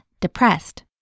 depressed